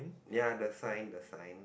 ya the sign the sign